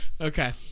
Okay